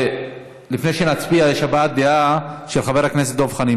לפני שנצביע, יש הבעת דעה של חבר הכנסת דב חנין.